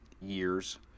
years